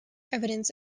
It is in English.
evidence